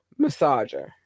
Massager